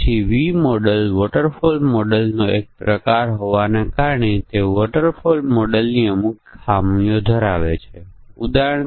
જો ફ્લાઇટ અડધાથી વધુ ભરેલી હોય તો આ એક પરિમાણ બની જાય છે ફ્લાઇટ અડધી ભરેલી છે કે નહીં